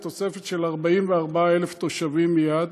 זו תוספת של 44,000 תושבים מייד,